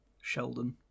Sheldon